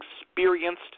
experienced